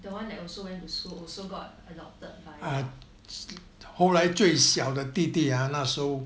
the one that also went to school also got adopted by your